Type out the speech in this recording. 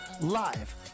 live